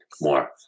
more